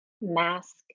mask